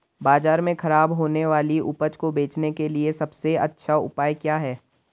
बाजार में खराब होने वाली उपज को बेचने के लिए सबसे अच्छा उपाय क्या हैं?